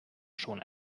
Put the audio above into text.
schon